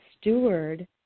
steward